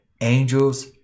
angels